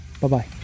Bye-bye